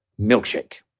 milkshake